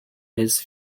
his